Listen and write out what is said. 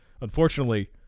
Unfortunately